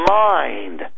mind